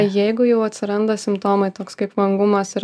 jeigu jau atsiranda simptomai toks kaip vangumas ir